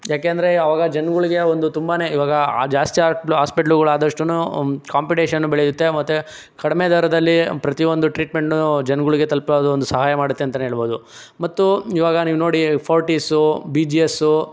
ಏಕೆಂದ್ರೆ ಆವಾಗ ಜನಗಳಿಗೆ ಒಂದು ತುಂಬನೇ ಈವಾಗ ಜಾಸ್ತಿ ಹಾಟ್ಲ್ ಹಾಸ್ಪಿಟ್ಲುಗಳು ಆದಷ್ಟೂ ಕಾಂಪಿಟೇಷನ್ನೂ ಬೆಳೆಯುತ್ತೆ ಮತ್ತೆ ಕಡಿಮೆ ದರದಲ್ಲಿ ಪ್ರತಿಯೊಂದು ಟ್ರೀಟ್ಮೆಂಟ್ನೂ ಜನಗಳಿಗೆ ತಲುಪಲು ಒಂದು ಸಹಾಯ ಮಾಡುತ್ತೆ ಅಂತಲೇ ಹೇಳ್ಬೋದು ಮತ್ತು ಈವಾಗ ನೀವು ನೋಡಿ ಫೋರ್ಟಿಸು ಬಿ ಜಿ ಎಸ್ಸು